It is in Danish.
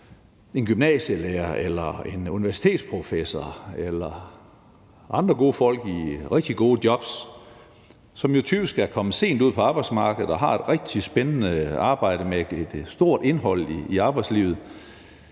en gymnasielærer eller en universitetsprofessor eller andre gode folk i rigtig gode jobs, som jo typisk er kommet sent ud på arbejdsmarkedet og har et rigtig spændende arbejde med et stort indhold i arbejdslivet.